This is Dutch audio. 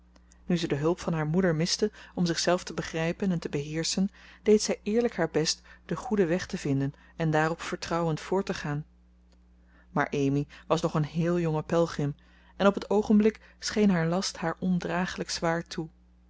nu ze de hulp van haar moeder miste om zichzelf te begrijpen en te beheerschen deed zij eerlijk haar best den goeden weg te vinden en daarop vertrouwend voort te gaan maar amy was nog een heel jonge pelgrim en op het oogenblik scheen haar last haar ondraaglijk zwaar toe